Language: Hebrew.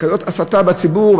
כזאת הסתה בציבור,